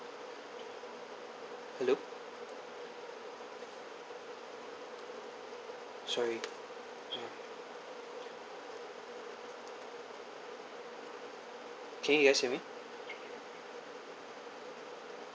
hello sorry uh okay you guys hear me